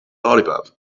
lollipop